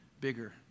bigger